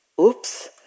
oops